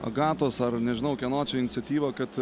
agatos ar nežinau kieno čia iniciatyva kad